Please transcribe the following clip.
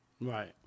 Right